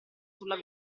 sulla